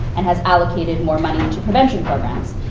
and has allocated more money for prevention programs.